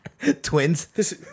Twins